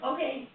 Okay